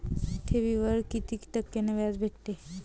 ठेवीवर कितीक टक्क्यान व्याज भेटते?